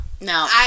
no